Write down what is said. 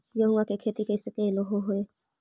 गेहूआ के खेती कैसे कैलहो हे?